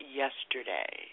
yesterday